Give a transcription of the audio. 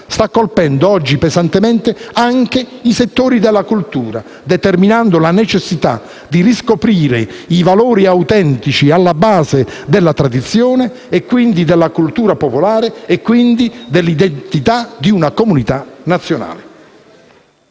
sta colpendo oggi pesantemente anche i settori della cultura, determinando la necessità di riscoprire i valori autentici alla base della tradizione, e quindi della cultura popolare e dell'identità di una comunità nazionale.